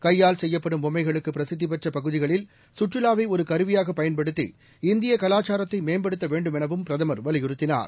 கையால் செய்யப்படும் பொம்மைகளுக்கு பிரசித்திபெற்ற பகுதிகளில்ல சுற்றுலாவை ஒரு கருவியாக பயன்படுத்தில் இந்தியக் கலாச்சாரத்தை மேம்படுத்த வேண்டுமெனவும் பிரதமர் வலியுறுத்தினார்